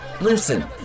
listen